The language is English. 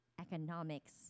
economics